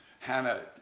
Hannah